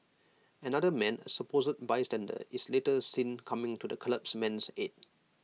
another man A supposed bystander is later seen coming to the collapsed man's aid